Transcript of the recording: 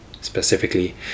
Specifically